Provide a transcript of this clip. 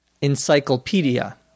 encyclopedia